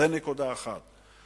זאת נקודה אחת.